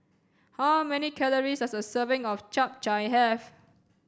how many calories does a serving of chap chai have